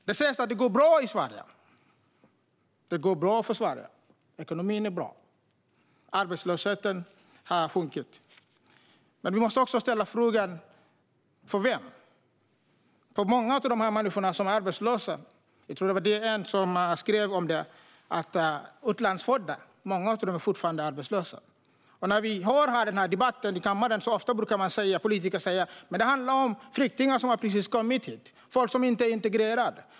Det sägs att det går bra för Sverige. Ekonomin är bra, och arbetslösheten har sjunkit. Men vi måste också ställa frågan: För vem? Det var någon som skrev om att många av de utlandsfödda fortfarande är arbetslösa. När vi har debatten i kammaren brukar politiker ofta säga: Det handlar om flyktingar som precis har kommit hit, människor som inte är integrerade.